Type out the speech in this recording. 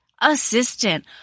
assistant